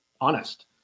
honest